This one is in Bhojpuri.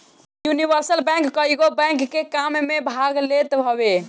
यूनिवर्सल बैंक कईगो बैंक के काम में भाग लेत हवे